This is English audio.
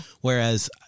Whereas –